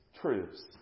truths